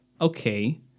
okay